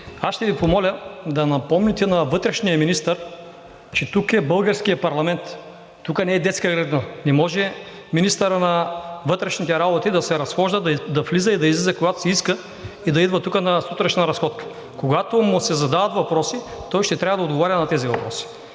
и ще Ви помоля да напомните на вътрешния министър, че тук е българският парламент, тук не е детска градина. Не може министърът на вътрешните работи да се разхожда, да влиза и да излиза, когато си иска, и да идва тук на сутрешна разходка. Когато му се задават въпроси, той ще трябва да отговаря на тези въпроси,